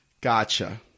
Gotcha